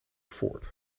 voort